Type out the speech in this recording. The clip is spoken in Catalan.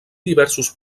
diversos